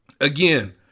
again